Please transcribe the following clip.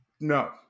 No